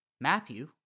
Matthew